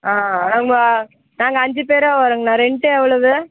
ஆ ஆமாம் நாங்கள் அஞ்சு பேராக வரோங்கண்ணா ரென்ட்டு எவ்வளவு